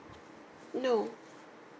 no